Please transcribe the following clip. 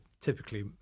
typically